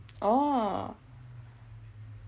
orh